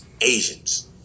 Asians